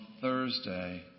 Thursday